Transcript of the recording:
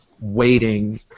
waiting